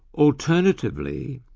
alternatively,